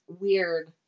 weird